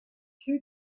two